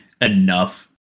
enough